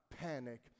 panic